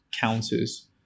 counters